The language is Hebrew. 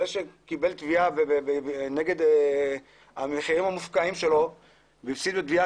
זה שקיבל תביעה בגלל המחירים המופקעים שלו והפסיד בתביעה